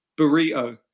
burrito